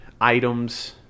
items